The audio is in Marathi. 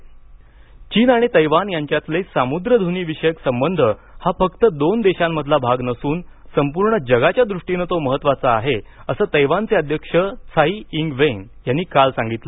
चीन तैवान संबंध चीन आणि तैवान यांच्यातले सामुद्रधुनीविषयक संबंध हा फक्त दोन देशांमधला भाग नसून संपूर्ण जगाच्या दृष्टीनं तो महत्त्वाचा आहे असं तैवानचे अध्यक्ष त्साई इंग वेन यांनी काल सांगितलं